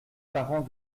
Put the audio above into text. parent